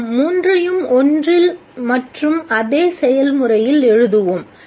நாம் மூன்றையும் ஒன்றில் மற்றும் அதே செயல்முறையில் எழுதுவோம்